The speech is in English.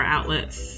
Outlets